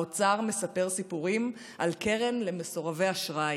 האוצר מספר סיפורים על קרן למסורבי אשראי.